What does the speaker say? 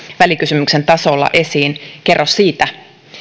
välikysymyksen tasolla esiin kerro siitä